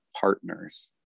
partners